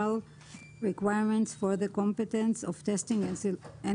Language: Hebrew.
requirements for the competence of testing and